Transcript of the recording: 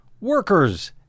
workers